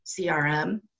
CRM